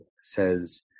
says